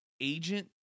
agent